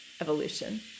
evolution